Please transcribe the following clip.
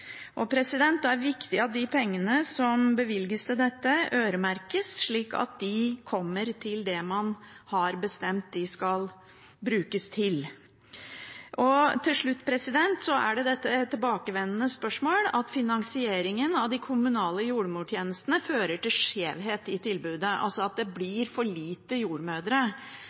Det er viktig at de pengene som bevilges til dette, øremerkes, slik at de brukes til det man har bestemt de skal brukes til. Til slutt: Det er et tilbakevendende spørsmål om finansieringen av de kommunale jordmortjenestene fører til skjevhet i tilbudet, altså at det blir for få jordmødre.